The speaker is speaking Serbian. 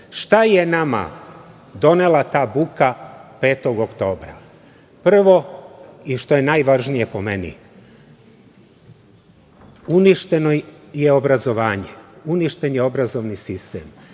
je nama donela ta buka 5. oktobra? Prvo i što je najvažnije, po meni, uništeno je obrazovanje, uništen je obrazovni sistem.